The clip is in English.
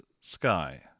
Sky